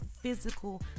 physical